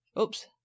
Oops